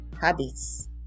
habits